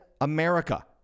America